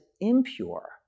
impure